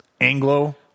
Anglo